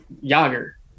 Yager